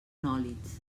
nòlits